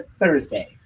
Thursday